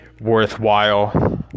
worthwhile